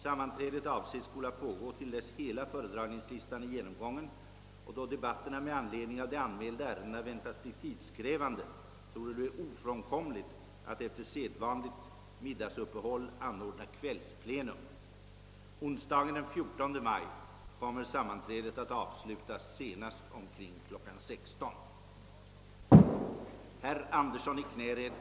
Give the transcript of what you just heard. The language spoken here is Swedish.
Sammanträdet avses skola pågå till dess hela föredragningslistan är genomgången, och då debatterna med anledning av de anmälda ärendena väntas bli tidskrävande torde det bli ofrånkomligt att efter sedvanligt middagsuppehåll anordna kvällsplenum. Onsdagen den 14 maj kommer sammanträdet att avslutas senast omkring kl. 16.00.